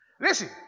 Listen